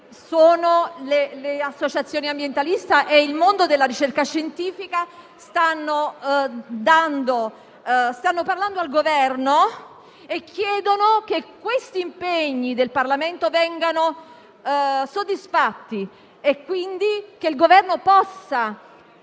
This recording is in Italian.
anni. Le associazioni ambientaliste e il mondo della ricerca scientifica stanno parlando al Governo e chiedono che gli impegni del Parlamento vengano soddisfatti e quindi che il Governo possa